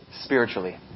spiritually